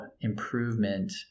improvement